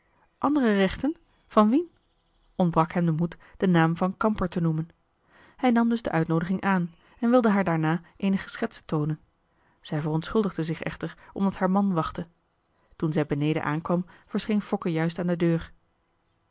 andere rechten van wien ontbrak hem de moed den naam van kamper te noemen hij nam dus de uitnoodiging aan en wilde haar daarna eenige schetsen toonen zij verontschuldigde zich echter omdat haar man wachtte toen zij beneden aankwam verscheen fokke juist aan de deur